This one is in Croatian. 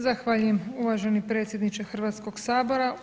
Zahvaljujem uvaženi predsjedniče Hrvatskog sabora.